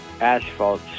asphalt